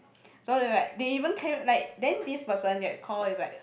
so then like they even came like then this person that call is like a